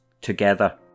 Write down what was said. together